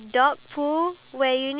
ya